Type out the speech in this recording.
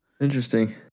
Interesting